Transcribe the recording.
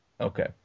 Okay